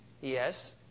Yes